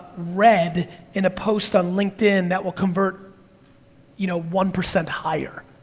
red in a post on linkedin that will convert you know, one percent higher.